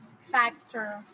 factor